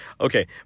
okay